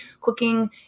cooking